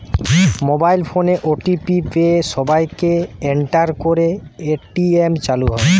mobile ফোনে OTP পেয়ে সেটাকে এন্টার করে এ.টি.এম চালু হয়